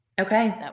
Okay